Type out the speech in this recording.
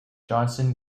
johnson